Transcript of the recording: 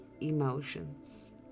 emotions